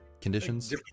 conditions